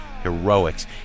heroics